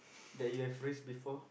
that you have raised before